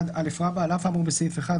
על אף האמור בסעיף 1,